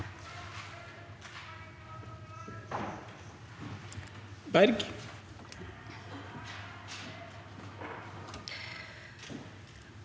Bergen